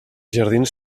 jardins